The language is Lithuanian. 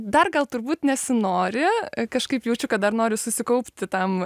dar gal turbūt nesinori kažkaip jaučiu kad dar noriu susikaupti tam